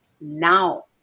now